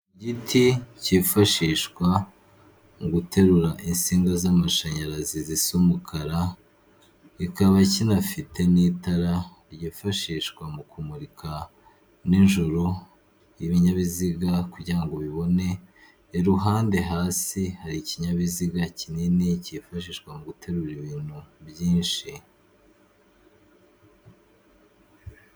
Igiti cyifashishwa mu guterura insinga z'amashanyarazi zisa umukara, kikaba kinafite n'itara ryifashishwa mu kumurika n'ijoro ibinyabiziga kugira ngo bibone, iruhande hasi hari ikinyabiziga kinini cyifashishwa mu guterura ibintu byinshi.